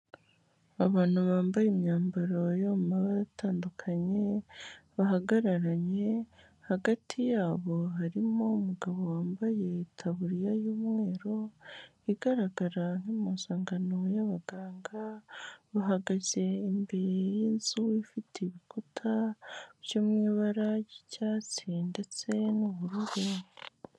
Abantu bambaye imyambaro yo mu mabara atandukanye bahagararanye, hagati yabo harimo umugabo wambaye itaburiya y'umweru igaragara nk'impuzankano y'abaganga, bahagaze imbere y'inzu ifite ibikuta byo mu ibara ry'icyatsi ndetse n'ubururu.